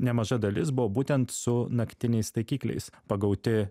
nemaža dalis buvo būtent su naktiniais taikikliais pagauti